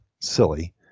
silly